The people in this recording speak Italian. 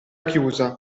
chiusa